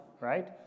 right